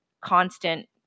constant